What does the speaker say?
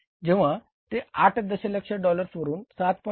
जेव्हा ते 8 दशलक्ष डॉलर्सवरून 7